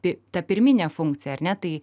tai ta pirminė funkcija ar ne tai